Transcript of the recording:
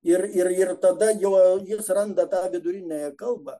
ir ir tada juo jis randa tą viduriniąją kalbą